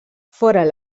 foren